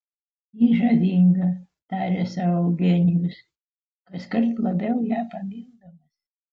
ji žavinga tarė sau eugenijus kaskart labiau ją pamildamas